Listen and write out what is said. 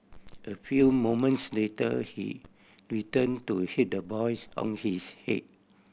a few moments later he returned to hit the boys on his head